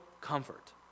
comfort